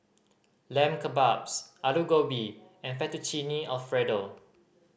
Lamb Kebabs Alu Gobi and Fettuccine Alfredo